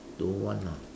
don't want ah